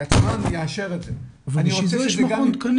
שהיצרן יאשר את זה ואני רוצה שזה גם --- אבל בשביל זה יש מכון תקנים.